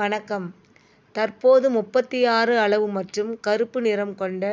வணக்கம் தற்போது முப்பத்து ஆறு அளவு மற்றும் கருப்பு நிறம் கொண்ட